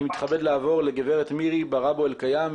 אני מתכבד לעבור לגברת מירי ברברו אלקיים,